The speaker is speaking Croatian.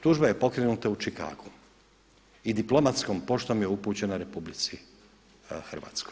Tužba je pokrenuta u Čikagu i diplomatskom poštom je upućena RH.